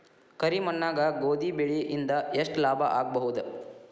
ಕರಿ ಮಣ್ಣಾಗ ಗೋಧಿ ಬೆಳಿ ಇಂದ ಎಷ್ಟ ಲಾಭ ಆಗಬಹುದ?